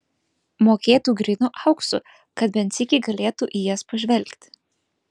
mokėtų grynu auksu kad bent sykį galėtų į jas pažvelgti